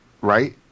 right